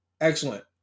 Excellent